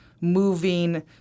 moving